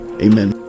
Amen